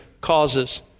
causes